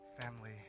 family